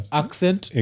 accent